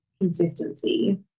consistency